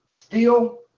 steel